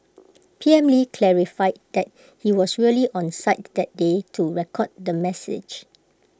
P M lee clarified that he was really on site that day to record the message